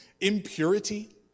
impurity